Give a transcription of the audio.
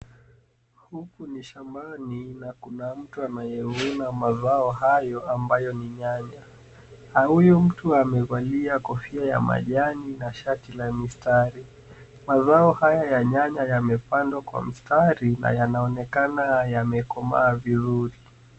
Huku ni shambani na kuna mtu anayevuna mazao hayo ambayo ni nyanya huyu mtu amevalia kofia ya majani na shati la mistari mazao haya ya nyanya yamepandwa kwa mistari na yanaonekana yamekomaa vizuri.